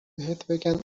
بهت